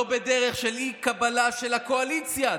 לא בדרך של אי-קבלה של הקואליציה.